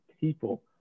people